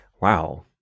Wow